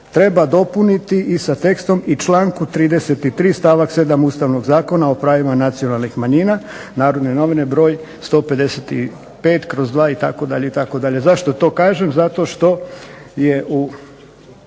treba dopuniti i sa tekstom i članku 33. stavak 7. Ustavnog zakona o pravima nacionalnih manjina, Narodne novine, broj 155/2 itd. Zašto to kažem? Zato što je u